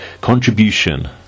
contribution